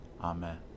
Amen